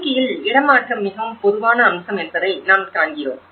துருக்கியில் இடமாற்றம் மிகவும் பொதுவான அம்சம் என்பதை நாம் காண்கிறோம்